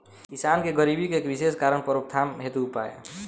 किसान के गरीबी के विशेष कारण रोकथाम हेतु उपाय?